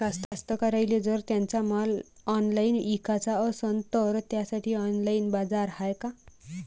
कास्तकाराइले जर त्यांचा माल ऑनलाइन इकाचा असन तर त्यासाठी ऑनलाइन बाजार हाय का?